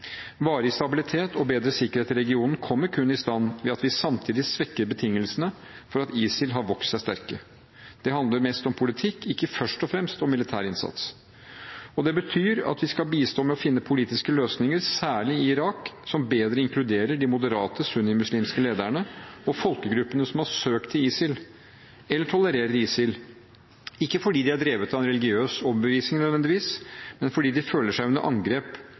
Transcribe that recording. Varig stabilitet og bedre sikkerhet i regionen kommer kun i stand ved at vi samtidig svekker betingelsene for at ISIL har vokst seg sterke. Det handler mest om politikk, ikke først og fremst om militær innsats. Det betyr at vi skal bistå med å finne politiske løsninger, særlig i Irak, som bedre inkluderer de moderate sunnimuslimske lederne og folkegruppene som har søkt til ISIL eller tolererer ISIL, ikke fordi de er drevet av en religiøs overbevisning, nødvendigvis, men fordi de føler seg under angrep